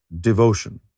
devotion